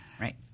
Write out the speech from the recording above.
right